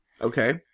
Okay